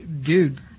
dude